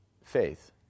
faith